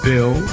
Bill